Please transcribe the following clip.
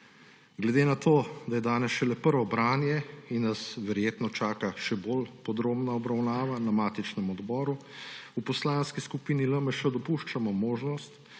Glede na to, da je danes šele prvo branje in nas verjetno čaka še bolj podrobna obravnava na matičnem odboru, v Poslanski skupini LMŠ dopuščamo možnost,